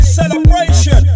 celebration